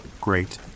Great